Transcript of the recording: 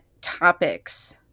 topics